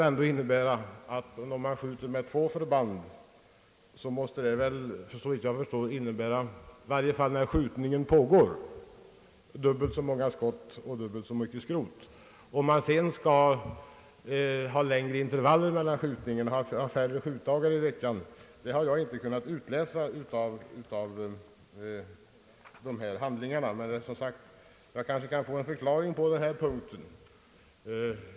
Om man skjuter med två förband måste det, såvitt jag förstår, innebära — i varje fall när skjutningen pågår — dubbelt så många skott och dubbelt så mycket skrot. Om man sedan tänker sig längre intervaller mellan skjutningarna har jag inte kunnat utläsa ur dessa handlingar, men jag kan kanske få en förklaring på den punkten.